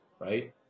right